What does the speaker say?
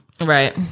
Right